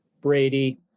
Brady